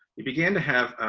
it began to have